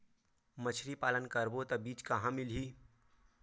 मछरी पालन करबो त बीज कहां मिलही?